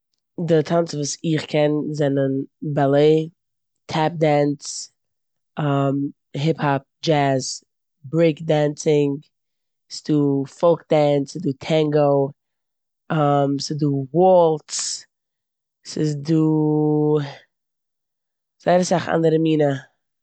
די טאנצן וואס איך קען זענען באלעט, טעפ דענס, היפ-האפ, דשעז, ברעיק דענסינג, ס'דא פאלק דענס, ס'דא טענגא, ס'דא וואלץ, ס'איז דא זייער אסאך אנדערע מינע.